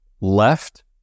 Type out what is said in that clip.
left